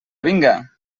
vinga